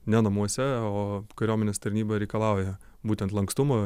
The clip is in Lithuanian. ne namuose o kariuomenės tarnyba reikalauja būtent lankstumo